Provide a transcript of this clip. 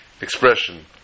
expression